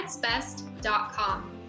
petsbest.com